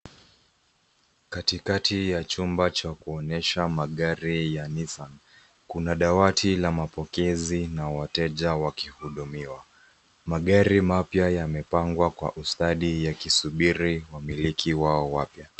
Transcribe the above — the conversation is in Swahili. Katikati ya chumba cha kuonyesha magari ya Nissan kuna dawati la mapokezi na wateja wakihudumiwa. Magari mapyya yamepangwa kwa ustadi yakisubiri wamiliki wao wapya.